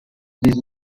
biz